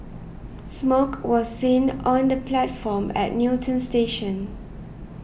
smoke was seen on the platform at Newton station